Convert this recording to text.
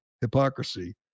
hypocrisy